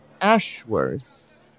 Ashworth